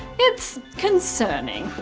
it's concerning.